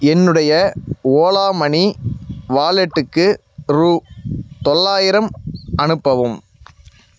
என்னுடைய ஓலா மனி வாலெட்டுக்கு ரூபா தொள்ளாயிரம் அனுப்பவும்